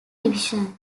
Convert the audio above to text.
division